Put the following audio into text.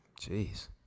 Jeez